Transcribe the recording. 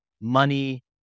money